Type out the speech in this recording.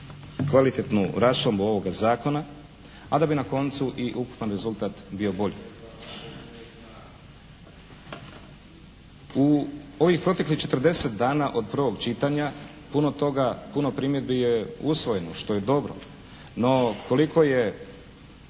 kvalitetnu raščlambu ovoga zakona a da bi na koncu i ukupan rezultat bio bolji. U ovih proteklih 40 dana od prvog čitanja puno toga, puno primjedbi je usvojeno što je dobro, no koliko je